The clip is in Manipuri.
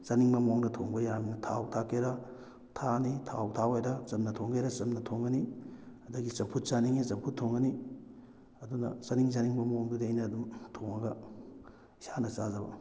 ꯆꯥꯅꯤꯡꯕ ꯃꯑꯣꯡꯗ ꯊꯣꯡꯕ ꯌꯥꯔꯕꯅꯤꯅ ꯊꯥꯎ ꯊꯥꯛꯀꯦꯔꯥ ꯊꯥꯛꯑꯅꯤ ꯊꯥꯎ ꯊꯥꯛꯑꯣꯏꯔꯥ ꯆꯝꯅ ꯊꯣꯡꯒꯦꯔꯥ ꯆꯝꯅ ꯊꯣꯡꯉꯅꯤ ꯑꯗꯒꯤ ꯆꯝꯐꯨꯠ ꯆꯥꯅꯤꯡꯉꯦ ꯆꯝꯐꯨꯠ ꯊꯣꯡꯉꯅꯤ ꯑꯗꯨꯅ ꯆꯥꯅꯤꯡ ꯆꯥꯅꯤꯡꯕ ꯃꯑꯣꯡꯗꯗꯤ ꯑꯩꯅ ꯑꯗꯨꯝ ꯊꯣꯡꯉꯒ ꯏꯁꯥꯅ ꯆꯥꯖꯕ